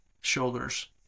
shoulders